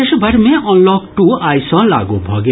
देश भरि मे अनलॉक टू आइ सॅ लागू भऽ गेल